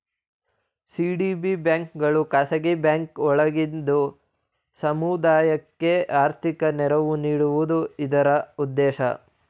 CDB ಬ್ಯಾಂಕ್ಗಳು ಖಾಸಗಿ bank ಒಳಗಿದ್ದು ಸಮುದಾಯಕ್ಕೆ ಆರ್ಥಿಕ ನೆರವು ನೀಡುವುದು ಇದರ ಉದ್ದೇಶ